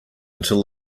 until